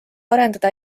arendada